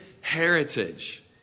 heritage